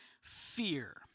fear